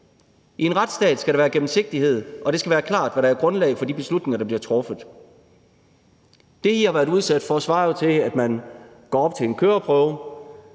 I en retsstat skal der være gennemsigtighed, og det skal være klart, hvad der er grundlag for de beslutninger, der bliver truffet. Det, I har været udsat for, svarer jo til, at I har bestået teoriprøven